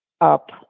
up